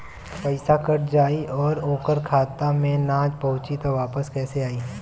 पईसा कट जाई और ओकर खाता मे ना पहुंची त वापस कैसे आई?